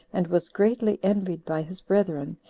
and was greatly envied by his brethren,